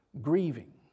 grieving